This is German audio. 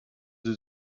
sie